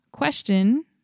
Question